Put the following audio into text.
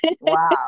Wow